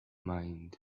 mind